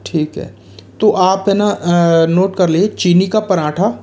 ठीक है तो आप है ना नोट कर ले चीनी का पराँठा